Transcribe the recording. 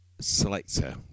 Selector